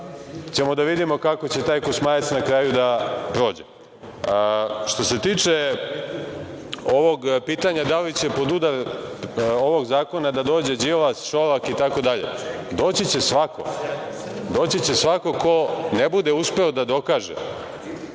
ćemo da vidimo kako će taj Kosmajac na kraju da prođe. Što se tiče ovog pitanja - da li će pod udar ovog zakon da dođe Đilas, Šolak, itd. Doći će svako ko ne bude uspeo da dokaže